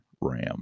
ram